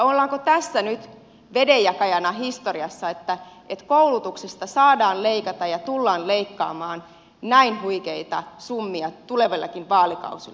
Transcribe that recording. ollaanko tässä nyt vedenjakajana historiassa että koulutuksesta saadaan leikata ja tullaan leikkaamaan näin huikeita summia tulevillakin vaalikausilla